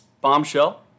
bombshell